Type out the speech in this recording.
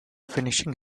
finishing